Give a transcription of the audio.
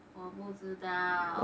我不知道